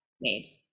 made